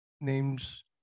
names